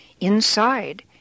Inside